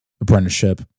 apprenticeship